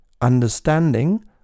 understanding